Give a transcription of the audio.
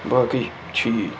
باقٕے چیٖز